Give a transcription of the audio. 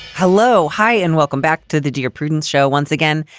hello. hi and welcome back to the dear prudence show once again.